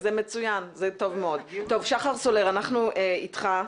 שחר סולר, אנחנו אתך.